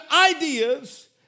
ideas